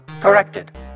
corrected